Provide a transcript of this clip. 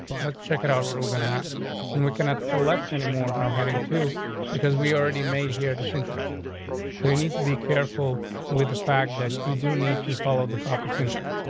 let's check it out. we're ah gonna have and we cannot select anymore how heading to because we already made here to syntax. ah so you need to be careful with the fact that you do need to follow the proper syntax.